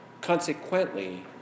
Consequently